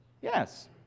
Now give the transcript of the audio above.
Yes